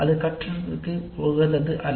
அது கற்றலுக்கு உகந்தது அல்ல